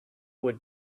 would